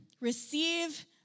receive